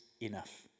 enough